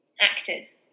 actors